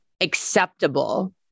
acceptable